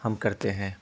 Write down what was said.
ہم کرتے ہیں